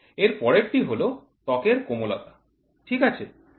এর পরেরটি হল ত্বকের কোমলতা ঠিক আছে